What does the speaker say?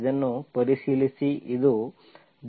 ಇದನ್ನು ಪರಿಶೀಲಿಸಿ